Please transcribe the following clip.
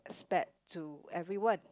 to everyone